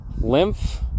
lymph